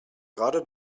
gerade